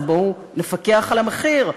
אז בואו ונפקח על המחיר.